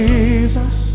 Jesus